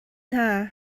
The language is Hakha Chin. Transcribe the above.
hna